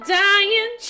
dying